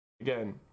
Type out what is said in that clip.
again